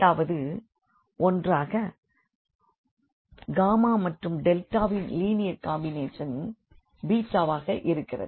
இரண்டாவது ஒன்றாக மற்றும் ன் லீனியர் காம்பினேஷன் ஆக இருக்கிறது